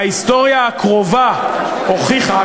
הוכיחה,